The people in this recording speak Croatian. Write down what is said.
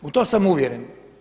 U to sam uvjeren.